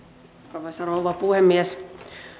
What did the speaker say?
arvoisa rouva puhemies